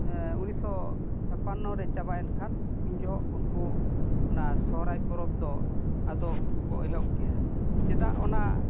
ᱩᱱᱤᱥᱥᱚ ᱪᱷᱟᱯᱟᱱᱱᱚ ᱨᱮ ᱪᱟᱵᱟᱭᱮᱱ ᱠᱷᱟᱱ ᱩᱱ ᱡᱚᱦᱚᱜ ᱩᱱᱠᱩ ᱚᱱᱟ ᱥᱚᱦᱨᱟᱭ ᱯᱚᱨᱚᱵᱽ ᱫᱚ ᱟᱫᱚ ᱠᱚ ᱮᱦᱚᱵ ᱠᱮᱫᱟ ᱪᱮᱫᱟᱜ ᱚᱱᱟ